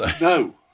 No